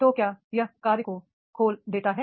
तो क्या यह कार्य को खोल देता है